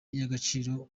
y’agaciro